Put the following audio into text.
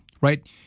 right